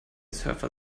surfer